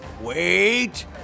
Wait